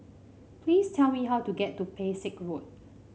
please tell me how to get to Pesek Road